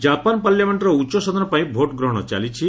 Japan ପାର୍ଲାମେଣ୍ଟ୍ର ଉଚ୍ଚ ସଦନପାଇଁ ଭୋଟ୍ ଗ୍ରହଣ ଚାଲିଛି